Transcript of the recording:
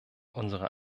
unserer